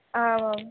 आमाम्